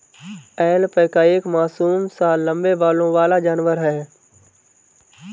alpaca एक मासूम सा लम्बे बालों वाला जानवर है